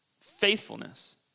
Faithfulness